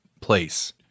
place